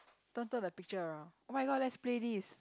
don't turn the picture around oh-my-god let's play this